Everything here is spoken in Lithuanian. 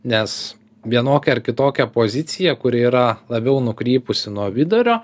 nes vienokia ar kitokia pozicija kuri yra labiau nukrypusi nuo vidurio